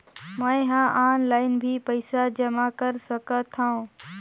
मैं ह ऑनलाइन भी पइसा जमा कर सकथौं?